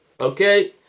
okay